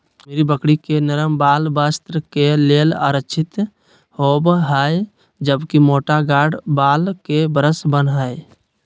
कश्मीरी बकरी के नरम वाल वस्त्र के लेल आरक्षित होव हई, जबकि मोटा गार्ड वाल के ब्रश बन हय